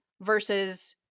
Versus